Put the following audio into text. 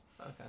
Okay